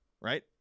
right